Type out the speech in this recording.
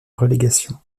relégation